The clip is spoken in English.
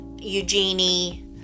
Eugenie